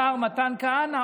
השר מתן כהנא.